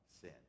sin